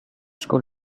school